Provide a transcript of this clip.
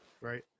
right